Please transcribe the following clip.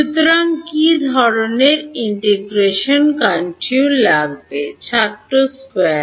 সুতরাং কী ধরণের ইন্টিগ্রেশন কনট্যুর ছাত্র স্কয়ার